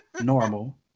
Normal